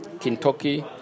Kentucky